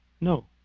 No